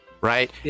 right